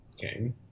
Okay